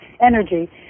energy